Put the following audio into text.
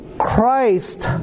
Christ